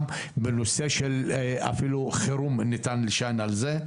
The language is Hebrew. גם בנושא של אפילו חירום ניתן להישען על זה.